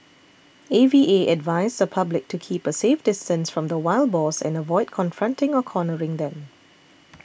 A V A advised the public to keep a safe distance from the wild boars and avoid confronting or cornering them